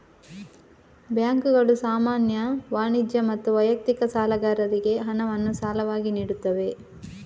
ಬ್ಯಾಂಕುಗಳು ಸಾಮಾನ್ಯ, ವಾಣಿಜ್ಯ ಮತ್ತು ವೈಯಕ್ತಿಕ ಸಾಲಗಾರರಿಗೆ ಹಣವನ್ನು ಸಾಲವಾಗಿ ನೀಡುತ್ತವೆ